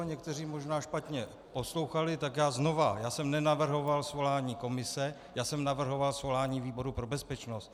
Někteří možná špatně poslouchali, tak já znovu: Já jsem nenavrhoval svolání komise, já jsem navrhoval svolání výboru pro bezpečnost.